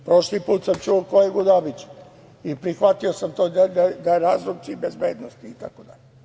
Prošli put sam čuo kolegu Dabića i prihvatio sam to, da su razlozi bezbednosti itd.